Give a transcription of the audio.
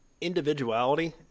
Individuality